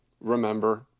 remember